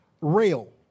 rail